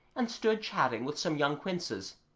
and stood chatting with some young quinces,